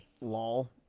lol